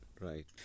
right